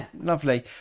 lovely